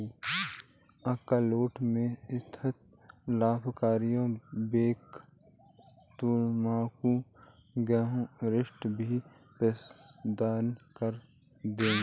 Auckland में स्थित लाभकारी बैंक तुमको गृह ऋण भी प्रदान कर देगा